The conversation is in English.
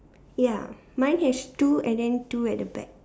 ya mine has two and then two at the back